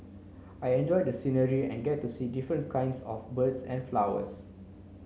I enjoy the scenery and get to see different kinds of birds and flowers